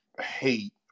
hate